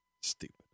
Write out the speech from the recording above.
Stupid